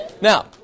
Now